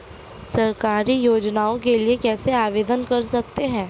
सरकारी योजनाओं के लिए कैसे आवेदन कर सकते हैं?